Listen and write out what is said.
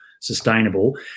sustainable